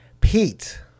Pete